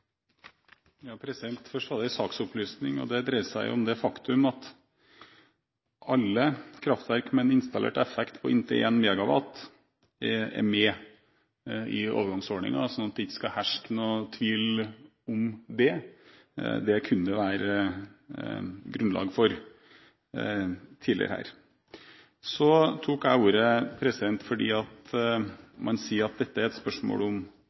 det en saksopplysning: Det dreier seg om det faktum at alle kraftverk med en installert effekt på inntil 1 MW er med i overgangsordningen – sånn at det ikke skal herske noen tvil om det. Det kunne det være grunnlag for tidligere her. Så tok jeg ordet fordi man sier at dette er et spørsmål om